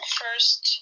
first